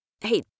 Hey